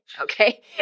okay